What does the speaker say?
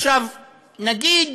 עכשיו, נגיד